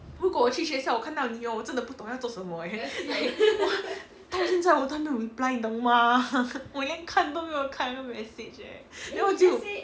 如果我去学校我看到你 hor 我真的不懂要做什么 leh 到现在我都还没有 reply 你懂吗 我连看都没看那个 message eh then 我就